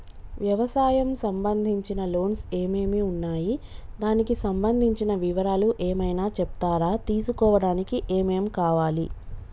వ్యవసాయం సంబంధించిన లోన్స్ ఏమేమి ఉన్నాయి దానికి సంబంధించిన వివరాలు ఏమైనా చెప్తారా తీసుకోవడానికి ఏమేం కావాలి?